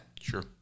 Sure